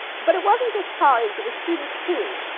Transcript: but it wasn't just colleagues, it was students, too.